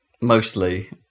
mostly